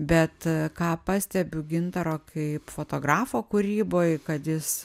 bet ką pastebiu gintaro kaip fotografo kūryboj kad jis